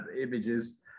images